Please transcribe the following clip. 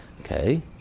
Okay